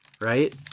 right